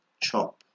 chop